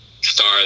star